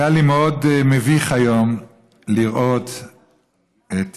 היה לי מאוד מביך היום לראות את ידידי,